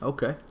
Okay